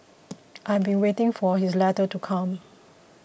I have been waiting for his letter to come